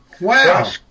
Wow